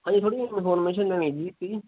ਹਾਂਜੀ ਥੋੜ੍ਹੀ ਜਿਹੀ ਇੰਨਫੋਰਮੇਸ਼ਨ ਲੈਣੀ ਜੀ ਸੀਗੀ